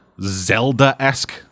Zelda-esque